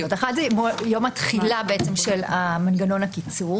האחת, יום התחילה של מנגנון הקיצור